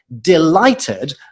delighted